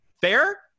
Fair